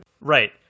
Right